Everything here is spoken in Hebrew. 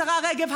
השרה רגב,